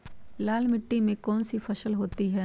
लाल मिट्टी में कौन सी फसल होती हैं?